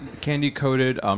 candy-coated